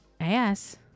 Ass